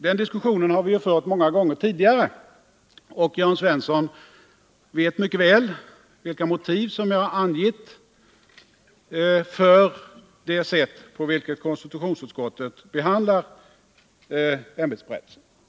Den diskussionen har vi fört många gånger tidigare, och Jörn Svensson vet mycket väl vilka motiv som jag har angivit för det sätt på vilket konstitutionsutskottet behandlar ämbetsberättelsen.